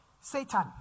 Satan